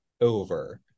over